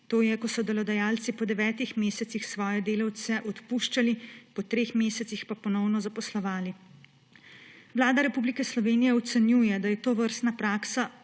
to je, ko so delodajalci po devetih mesecih svoje delavci odpuščali, po treh mesecih pa ponovno zaposlovali. Vlada Republike Slovenije ocenjuje, da je tovrstna praksa